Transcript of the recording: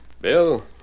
Bill